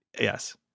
Yes